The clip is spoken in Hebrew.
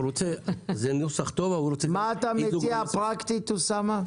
זה נוסח טוב --- מה אתה מציע פרקטית, אוסאמה?